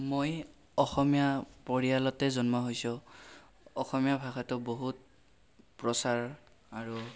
মই অসমীয়া পৰিয়ালতে জন্ম হৈছোঁ অসমীয়া ভাষাটো বহুত প্ৰচাৰ আৰু